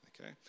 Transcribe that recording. okay